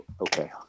okay